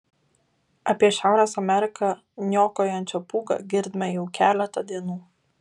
apie šiaurės ameriką niokojančią pūgą girdime jau keletą dienų